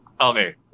Okay